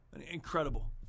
incredible